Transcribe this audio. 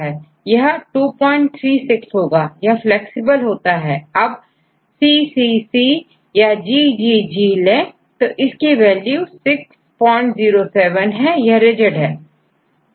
यह236 होगा यह फ्लैक्सिबल हैअब यदिCCC याGGG ले तो यह वैल्यू607 है यह rigid है